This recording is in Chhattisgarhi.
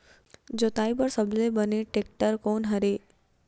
जोताई बर सबले बने टेक्टर कोन हरे?